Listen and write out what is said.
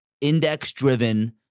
index-driven